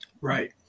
Right